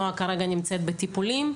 נועה כרגע נמצאת בטיפולים.